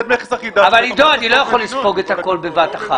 רגע, אני לא יכול לספוג את הכול בבת אחת.